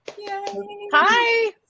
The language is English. hi